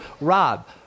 Rob